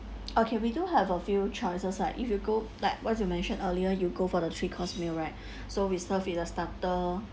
okay we do have a few choices like if you go like what you've mentioned earlier you go for the three course meal right so we serve with the starter